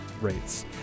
rates